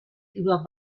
über